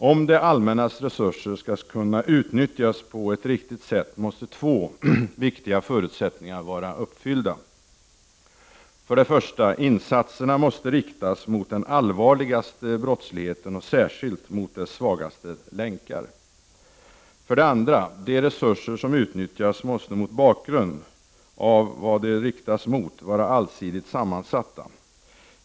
Om det allmännas resurser skall kunna utnyttjas på ett riktigt sätt måste två viktiga förutsättningar vara uppfyllda: 1. Insatserna måste riktas mot den allvarligaste brottsligheten och särskilt mot dess svagaste länkar. 2. De resurser som utnyttjas måste, mot bakgrund av vad de riktas mot, vara allsidigt sammansatta.